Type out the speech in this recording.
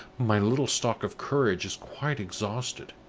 my little stock of courage is quite exhausted.